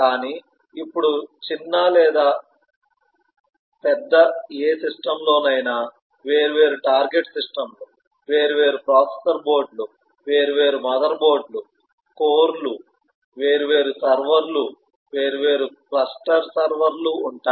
కానీ ఇప్పుడు చిన్న లేదా పెద్ద ఏ సిస్టమ్లోనైనా వేర్వేరు టార్గెట్ సిస్టమ్లు వేర్వేరు ప్రాసెసర్ బోర్డులు వేర్వేరు మదర్ బోర్డులు కోర్లు వేర్వేరు సర్వర్లు వేర్వేరు క్లస్టర్ సర్వర్లు ఉంటాయి